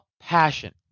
passion